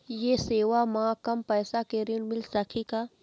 ये सेवा म कम पैसा के ऋण मिल सकही का?